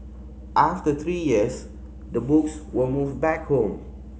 after three years the books were moved back home